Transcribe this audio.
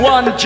One